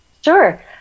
Sure